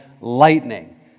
lightning